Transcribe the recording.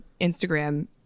Instagram